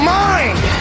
mind